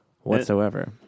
whatsoever